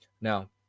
Now